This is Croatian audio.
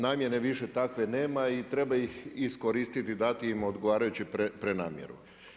Namjene više takve nema i treba ih iskoristiti, dati im odgovarajuće prenamjenu.